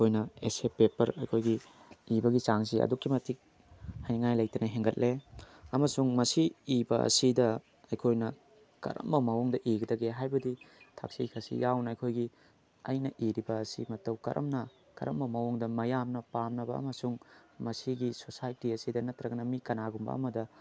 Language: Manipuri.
ꯑꯩꯈꯣꯏꯅ ꯑꯦꯁꯦ ꯄꯦꯄꯔ ꯑꯩꯈꯣꯏꯒꯤ ꯏꯕꯒꯤ ꯆꯥꯡꯁꯤ ꯑꯗꯨꯛꯀꯤ ꯃꯇꯤꯛ ꯍꯥꯏꯅꯤꯉꯥꯏ ꯂꯩꯇꯅ ꯍꯦꯟꯒꯠꯂꯦ ꯑꯃꯁꯨꯡ ꯃꯁꯤ ꯏꯕ ꯑꯁꯤꯗ ꯑꯩꯈꯣꯏꯅ ꯀꯔꯝꯕ ꯃꯑꯣꯡꯗ ꯏꯒꯗꯒꯦ ꯍꯥꯏꯕꯗꯤ ꯊꯛꯁꯤ ꯈꯥꯁꯤ ꯌꯥꯎꯅ ꯑꯩꯈꯣꯏꯒꯤ ꯑꯩꯅ ꯏꯔꯤꯕ ꯑꯁꯤ ꯃꯇꯧ ꯀꯔꯝꯅ ꯀꯔꯝꯕ ꯃꯑꯣꯡꯗ ꯃꯌꯥꯝꯅ ꯄꯥꯝꯅꯕ ꯑꯃꯁꯨꯡ ꯃꯁꯤꯒꯤ ꯁꯣꯁꯥꯏꯇꯤ ꯑꯁꯤꯗ ꯅꯠꯇ꯭ꯔꯒꯅ ꯃꯤ ꯀꯅꯥꯒꯨꯝꯕ ꯑꯃꯗ